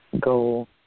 go